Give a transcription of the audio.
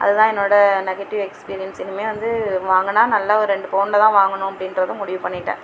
அது தான் என்னோட நெகட்டிவ் எக்ஸ்பீரியன்ஸ் இனிமே வந்து வாங்கினா நல்லா ஒரு ரெண்டு பவுனில் தான் வாங்கணும் அப்படின்றதும் முடிவு பண்ணிவிட்டேன்